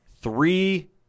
Three